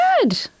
good